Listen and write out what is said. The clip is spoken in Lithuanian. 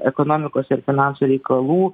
ekonomikos ir finansų reikalų